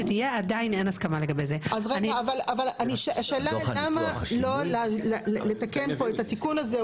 עדיין אין הסכמה לגבי זה השאלה למה לא לתקן פה את התיקון הזה,